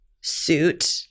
suit